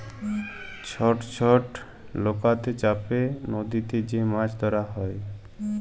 ছট ছট লকাতে চাপে লদীতে যে মাছ ধরা হ্যয়